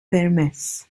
permess